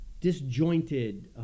disjointed